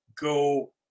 go